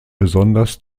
besonders